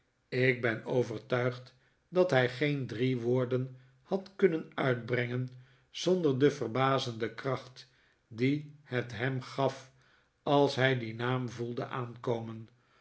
ik ben overtuigd dat hij geen drie woorden had kunnen uitbrengen zonder de verbazende kracht die het hem gaf als hij dien naam voelde aankomen